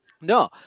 No